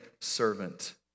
servant